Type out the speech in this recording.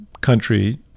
country